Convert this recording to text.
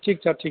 ठीक छ ठीक